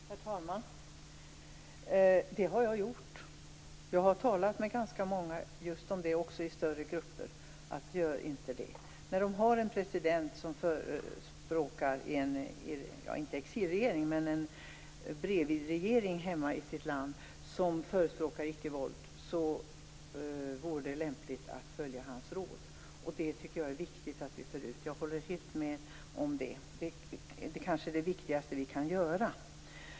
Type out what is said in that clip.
Herr talman! Det har jag gjort. Jag har talat med ganska många just om det, också i större grupper. Man har en president som förespråkar inte en exilregering, men en bredvidregering i sitt land, som förespråkar icke-våld. Det vore lämpligt att följa hans råd. Det tycker jag är viktigt att vi för ut. Jag håller helt med om det. Det kanske är det viktigaste vi kan göra.